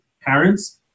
parents